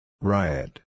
Riot